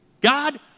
God